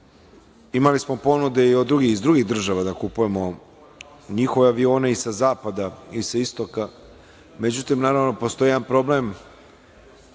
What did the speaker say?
smo ponude i od drugih država da kupimo njihove avione i sa zapada i sa istoka. Međutim, naravno, postoji jedan problem